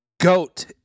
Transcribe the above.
goat